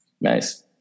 Nice